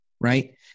right